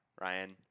Ryan